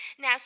Now